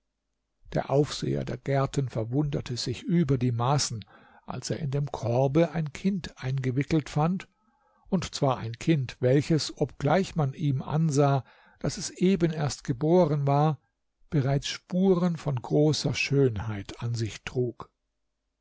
der aufseher der gärten verwunderte sich über die maßen als er in dem korbe ein kind eingewickelt fand und zwar ein kind welches obgleich man ihm ansah daß es eben erst geboren war bereits spuren von großer schönheit an sich trug